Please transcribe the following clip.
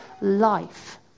life